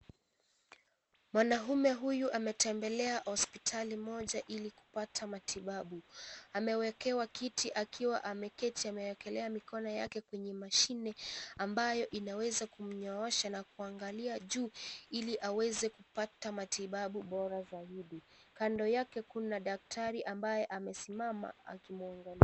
Mwanaume huyu ametembelea hospitali mona ili kupata matibabu. Amewekewa kiti akiwa ameekelea mikono yake kwenye mashine ambayo inaweza kunyoosha na kuangalia juu ili aweze kupata matibabu bora zaidi. Kando yake kuna daktari ambaye amesimama akimwangalia.